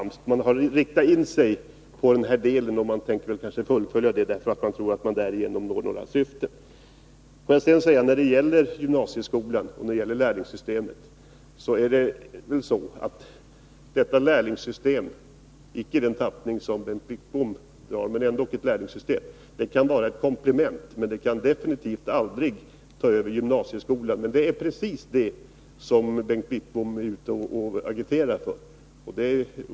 Moderaterna har riktat in sig på den här delen av arbetsmarknadspolitiken, och de tänker tydligen fullfölja kritiken i tron att de därigenom når några syften. Beträffande gymnasieskolan och lärlingssystemet vill jag säga att ett lärlingssystem — icke i den tappning som Bengt Wittbom förespråkar, men ändock ett lärlingssystem — kan vara ett komplement till gymnasieskolan, men det kan absolut aldrig ersätta den. Det är emellertid precis detta Bengt Wittbom agiterar för.